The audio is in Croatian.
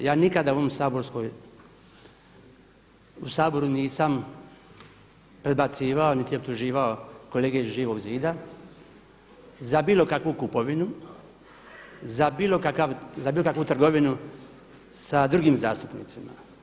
Ja nikada u Saboru nisam predbacivao, niti optuživao kolege iz Živog zida za bilo kakvu kupovinu, za bilo kakvu trgovinu sa drugim zastupnicima.